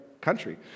country